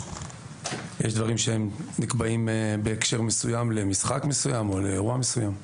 יש דברים שנקבעים בהקשר מסוים למשחק או לאירוע מסוים,